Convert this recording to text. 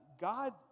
God